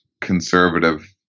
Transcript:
conservative